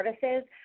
services